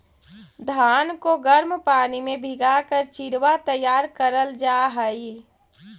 धान को गर्म पानी में भीगा कर चिड़वा तैयार करल जा हई